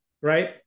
right